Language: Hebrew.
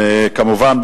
כמובן,